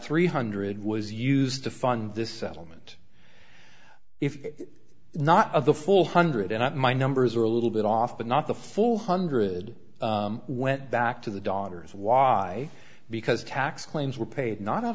three hundred was used to fund this settlement if not of the four hundred and not my numbers are a little bit off but not the four hundred went back to the daughters why because tax claims were paid not out